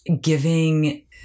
giving